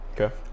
Okay